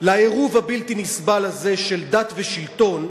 לעירוב הבלתי נסבל של דת ושלטון,